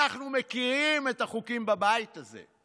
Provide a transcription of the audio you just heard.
אנחנו מכירים את החוקים בבית הזה.